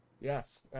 yes